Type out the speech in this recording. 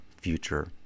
future